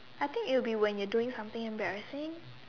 I think it'll be when you're doing something embarrassing